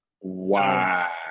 Wow